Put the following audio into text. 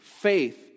Faith